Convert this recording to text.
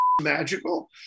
magical